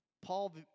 Paul